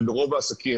וברוב העסקים,